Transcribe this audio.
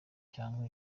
cyangwa